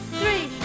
three